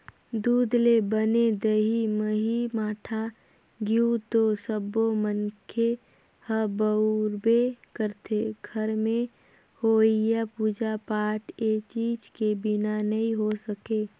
दूद ले बने दही, मही, मठा, घींव तो सब्बो मनखे ह बउरबे करथे, घर में होवईया पूजा पाठ ए चीज के बिना नइ हो सके